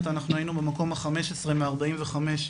אנחנו היינו במקום ה-15 מ-45 מקומות.